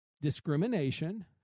discrimination